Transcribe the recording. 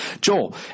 Joel